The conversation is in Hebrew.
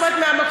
זאת אומרת,